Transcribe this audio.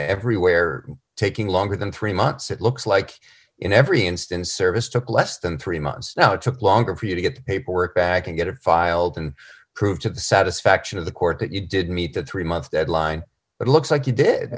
everywhere taking longer than three months it looks like in every instance service took less than three months now it took longer for you to get paperwork back and get it filed and prove to the satisfaction of the court that you did meet the three month deadline it looks like you did